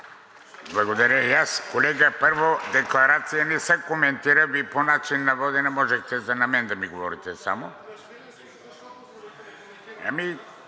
Благодаря и аз. Колега, първо, декларация не се коментира. Вие по начина на водене можете само на мен да ми говорите.